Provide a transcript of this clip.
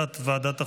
הצעת ועדת החוקה,